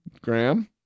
Graham